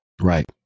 Right